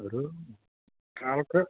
ഒരു ആൾക്ക്